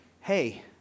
hey